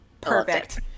perfect